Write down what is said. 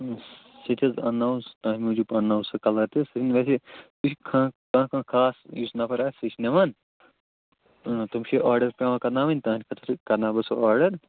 سُہ تہِ حظ اَنناوو تُہنٛدِ موٗجوٗب اَنٛناوو سُہ کلر تہِ سُہ ویسے خاص یُس نفر آسہِ سُہ چھُ نِوان تِم چھِ آرڈر پیٚوان کَرناوٕنۍ تُہنٛدٕ خٲطرٕ کَرناو بہٕ سُہ آرڈر